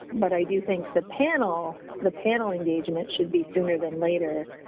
but i do think the panel the panel engagement should be sooner than later.